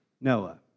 Noah